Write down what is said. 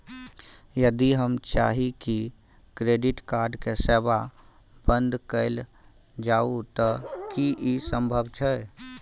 यदि हम चाही की क्रेडिट कार्ड के सेवा बंद कैल जाऊ त की इ संभव छै?